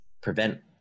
prevent